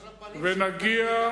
ונגיע,